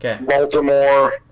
Baltimore